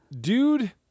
dude